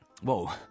Whoa